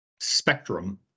spectrum